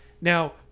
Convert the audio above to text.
Now